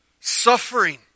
Suffering